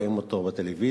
רואים אותו בטלוויזיה.